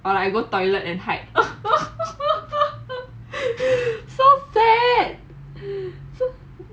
or I go toilet and hide